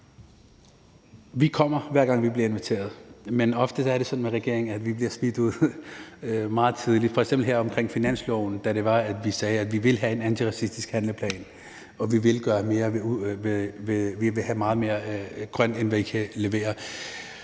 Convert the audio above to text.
Vi kommer, hver gang vi bliver inviteret, men ofte er det sådan med regeringen, at vi bliver smidt ud meget tidligt, f.eks. i forbindelse med finansloven, da vi sagde, at vi ville have en antiracistisk handleplan, og at vi ville have meget mere grønt, end hvad I leverer.